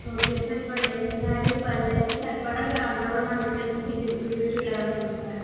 okay sir twelve days ఉంటారా అయితే twelve డేస్కి సరిపడా మీరు ఆంధ్రాలోనే అన్ని ప్లేసస్కి విజి విజిట్ చెయ్యాలి అనుకుంటున్నారు